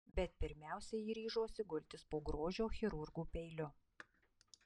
bet pirmiausia ji ryžosi gultis po grožio chirurgų peiliu